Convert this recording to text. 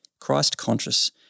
Christ-conscious